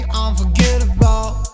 unforgettable